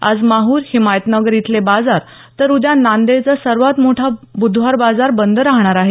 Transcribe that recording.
आज माहूर हिमायतनगर इथले बाजार तर उद्या नांदेडचा सर्वात मोठा बुधवार बाजार बंद राहणार आहे